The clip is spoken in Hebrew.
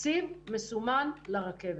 תקציב מסומן לרכבת.